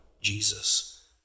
Jesus